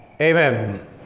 Amen